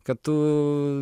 kad tu